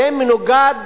זה מנוגד